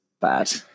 bad